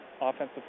offensive